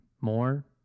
more